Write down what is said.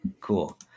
Cool